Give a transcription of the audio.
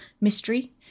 mystery